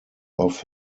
off